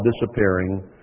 disappearing